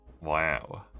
Wow